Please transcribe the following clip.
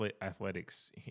athletics